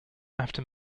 after